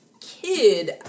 kid